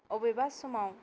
अबेबा समाव